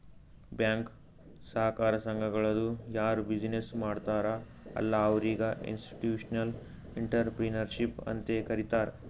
bank, ಸಹಕಾರ ಸಂಘಗಳದು ಯಾರ್ ಬಿಸಿನ್ನೆಸ್ ಮಾಡ್ತಾರ ಅಲ್ಲಾ ಅವ್ರಿಗ ಇನ್ಸ್ಟಿಟ್ಯೂಷನಲ್ ಇಂಟ್ರಪ್ರಿನರ್ಶಿಪ್ ಅಂತೆ ಕರಿತಾರ್